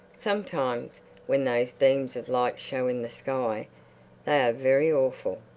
sometimes when those beams of light show in the sky they are very awful.